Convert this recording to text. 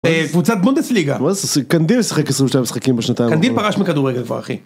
אה קבוצת בונדסליגה, מה זה זה? קנדיל משחק 22 משחקים בשנתון. קנדיל פרש מכדורגל כבר אחי.